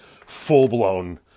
full-blown